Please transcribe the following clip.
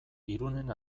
irunen